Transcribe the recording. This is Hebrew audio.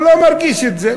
הוא לא מרגיש את זה.